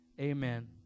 Amen